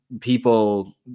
people